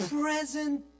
present